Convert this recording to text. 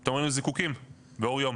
פתאום ראינו זיקוקים לאור יום,